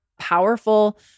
powerful